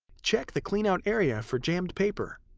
check the cleanout area for jammed paper.